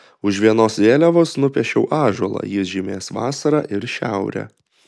už vienos vėliavos nupiešiau ąžuolą jis žymės vasarą ir šiaurę